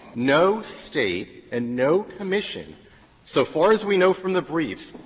no state and no commission so far as we know from the briefs,